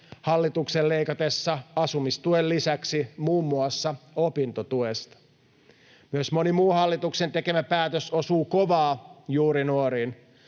hallituksen leikatessa asumistuen lisäksi muun muassa opintotuesta. Myös moni muu hallituksen tekemä päätös osuu kovaa juuri nuoriin.